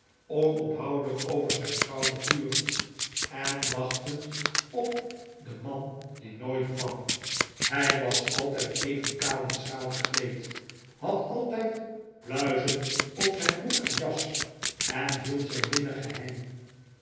onophoudelijk over zijn schouder turend en wachtend op den man die nooit kwam hij was altijd even kaal en schraal gekleed had altijd pluizen op zijn broek en jas en hield zijn linnen geheim